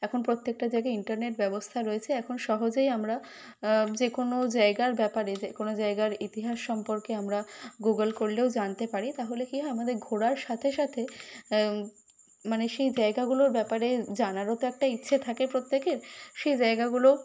এখন প্রত্যেকটা জায়গায় ইন্টারনেট ব্যবস্থা রয়েছে এখন সহজেই আমরা যে কোনও জায়গার ব্যাপারে যে কোনও জায়গার ইতিহাস সম্পর্কে আমরা গুগ্ল করলেও জানতে পারি তাহলে কী হয় আমাদের ঘোরার সাথে সাথে মানে সেই জায়গাগুলোর ব্যাপারে জানারও তো একটা ইচ্ছে থাকে প্রত্যেকের সে জায়গাগুলো